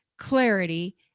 clarity